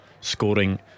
scoring